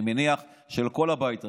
אני מניח שלכל הבית הזה,